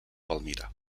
palmira